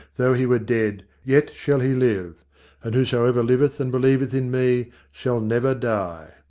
though he were dead, yet shall he live and whosoever liveth and believeth in me shall never die